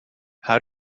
how